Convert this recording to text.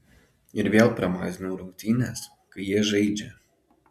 ir vėl pramazinau rungtynes kai jie žaidžia